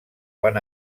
van